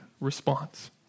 response